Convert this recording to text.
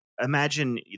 Imagine